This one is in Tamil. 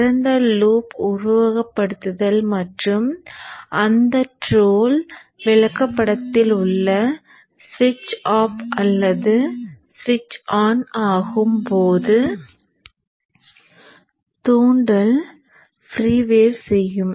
திறந்த லூப் உருவகப்படுத்துதல் மற்றும் அந்த ட்ரோல் விளக்கப்படத்தில் உள்ள சுவிட்ச் ஆஃப் அல்லது ஸ்விட்ச் ஆன் ஆகும் போது தூண்டல் ஃப்ரீ வேவ் செய்யும்